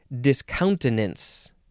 discountenance